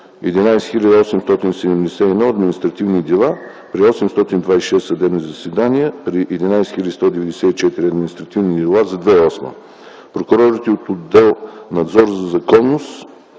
11 871 административни дела при 826 съдебни заседания по 11 194 административни дела за 2008 г. Прокурорите от отдел “Надзор за законност,